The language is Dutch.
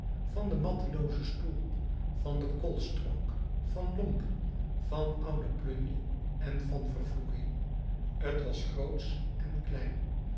van den matteloozen stoel van den koolstronk van lompen van oude plunje en van de vervloeking t was grootsch en klein